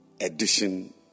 edition